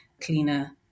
cleaner